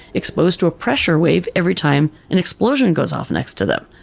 exposed to a pressure wave every time an explosion goes off next to them.